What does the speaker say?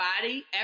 body